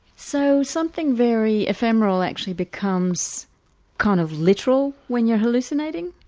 so something very ephemeral actually becomes kind of literal when you're hallucinating?